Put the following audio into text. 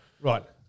Right